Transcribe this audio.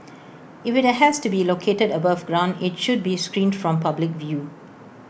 if IT has to be located above ground IT should be screened from public view